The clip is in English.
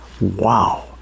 Wow